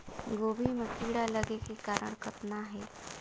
गोभी म कीड़ा लगे के कारण कतना हे?